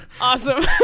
Awesome